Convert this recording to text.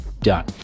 Done